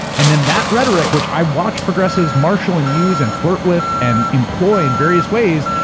and then that rhetoric which i watched progressives marshall and use and flirt with and employed in various ways,